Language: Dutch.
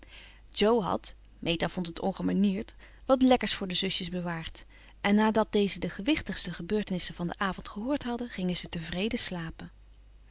jo had meta vond het ongemanierd wat lekkers voor de zusjes bewaard en nadat deze de gewichtigste gebeurtenissen van den avond gehoord hadden gingen ze tevreden slapen